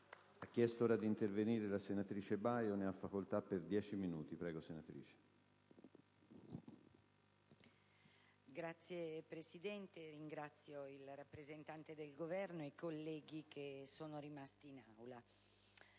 Signor Presidente, ringrazio il rappresentante del Governo ed i colleghi rimasti in Aula.